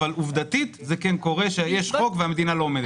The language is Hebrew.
עובדתית קורה שיש חוק שהמדינה לא עומדת בו.